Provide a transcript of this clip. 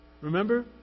Remember